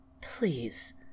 please